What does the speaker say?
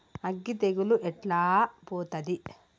అగ్గి తెగులు ఎట్లా పోతది?